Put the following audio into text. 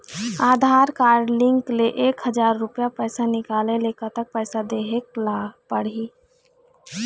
आधार card link ले एक हजार रुपया पैसा निकाले ले कतक पैसा देहेक पड़ही?